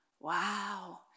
wow